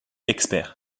expert